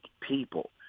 people